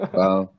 wow